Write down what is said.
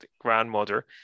grandmother